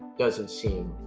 doesn't seem